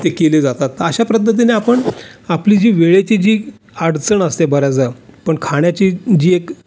ते केले जातात तर अशा पद्धतीने आपण आपली जी वेळेची जी अडचण असते बऱ्याचदा पण खाण्याची जी एक